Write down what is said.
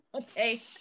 Okay